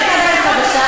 אני עדיין חדשה,